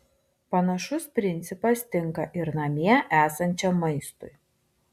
panašus principas tinka ir namie esančiam maistui